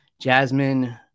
Jasmine